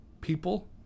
people